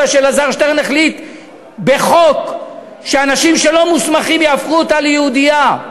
מפני שאלעזר שטרן החליט בחוק שאנשים לא מוסמכים יהפכו אותה ליהודייה.